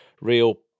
real